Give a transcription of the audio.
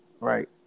Right